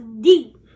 deep